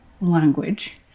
language